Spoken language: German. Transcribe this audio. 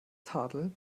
tadel